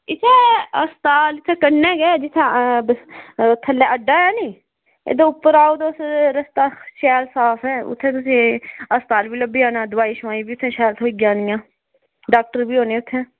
इत्थै अस्पताल कन्नै गै जित्थै थल्लै अड्डा ऐ निं ते कराओ तुस रस्ता शैल ऐ अस्पताल बी लब्भी जाना ते दोआई थ्होई जानी डॉक्टर बी होने उत्थै